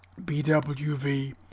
BWV